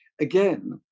again